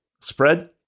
spread